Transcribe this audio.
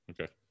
okay